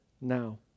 now